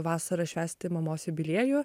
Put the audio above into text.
vasarą švęsti mamos jubiliejų